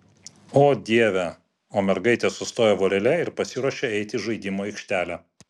o dieve o mergaitės sustoja vorele ir pasiruošia eiti į žaidimų aikštelę